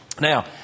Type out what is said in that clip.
Now